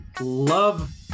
love